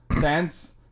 Fans